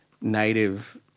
Native